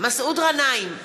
מסעוד גנאים,